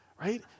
right